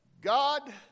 God